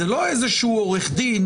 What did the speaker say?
זה לא איזשהו עורך דין